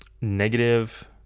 Negative